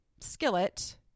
skillet